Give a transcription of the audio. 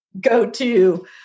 go-to